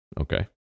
Okay